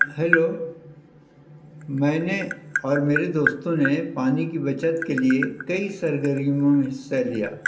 hello میں نے اور میرے دوستوں نے پانی کی بچت کے لیے کئی سرگرمیوں میں حصہ لیا